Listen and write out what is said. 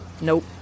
Nope